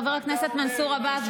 חבר הכנסת מנסור עבאס,